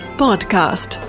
podcast